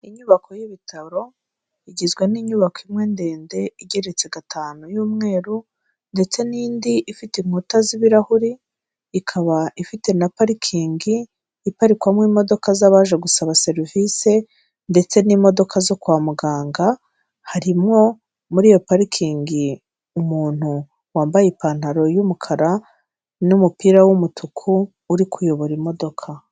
Inyubako y'ibitaro igizwe n'inyubako imwe ndende igeretse gatanu y'umweru ndetse n'indi ifite inkuta z'ibirahuri ikaba ifite na parikingi iparikwamo imodoka z'abaje gusaba serivisi ndetse n'imodoka zo kwa muganga harimo muri iyo parikingi umuntu wambaye ipantaro y'umukara n'umupira w'umutuku uri kuyobora imodoka.